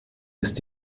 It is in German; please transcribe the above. ist